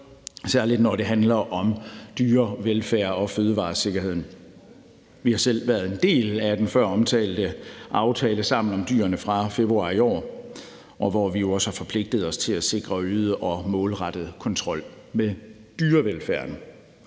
særlig når det handler om dyrevelfærd og fødevaresikkerheden. Vi har selv været en del af den føromtalte aftale Sammen om dyrene fra februar i år, hvor vi jo forpligtede os til at sikre øget og målrettet kontrol med dyrevelfærden.